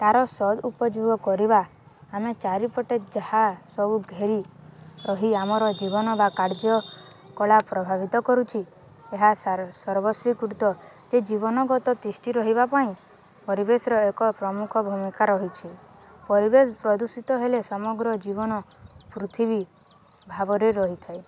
ତା'ର ସଦୁପୋଯୋଗ କରିବା ଆମେ ଚାରିପଟେ ଯାହା ସବୁ ଘେରି ରହି ଆମର ଜୀବନ ବା କାର୍ଯ୍ୟକଳା ପ୍ରଭାବିତ କରୁଛି ଏହା ସର୍ବଶ୍ରୀକୃତ ଯେ ଜୀବନଗତ ତିଷ୍ଟି ରହିବା ପାଇଁ ପରିବେଶର ଏକ ପ୍ରମୁଖ ଭୂମିକା ରହିଛି ପରିବେଶ ପ୍ରଦୂଷିତ ହେଲେ ସମଗ୍ର ଜୀବନ ପୃଥିବୀ ଭାବରେ ରହିଥାଏ